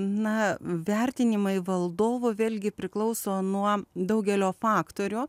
na vertinimai valdovo vėlgi priklauso nuo daugelio faktorių